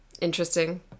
Interesting